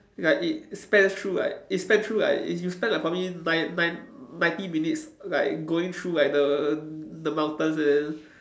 like it spans through like it span through like you you spend like probably nine nine ninety minutes like going through like the the mountains and